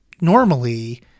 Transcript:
normally –